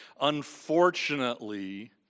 unfortunately